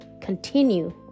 continue